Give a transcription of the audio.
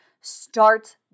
starts